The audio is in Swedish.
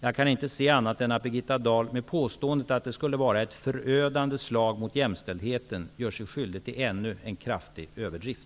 Jag kan inte se annat än att Birgitta Dahl med påståendet att det skulle vara ett ''förödande slag mot jämställdheten'' gör sig skyldig till ännu en kraftig överdrift.